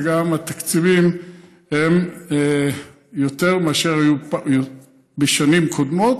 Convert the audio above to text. וגם התקציבים הם יותר מאשר היו בשנים קודמות.